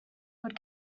fod